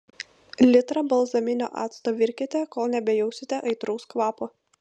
litrą balzaminio acto virkite kol nebejausite aitraus kvapo